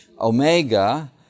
Omega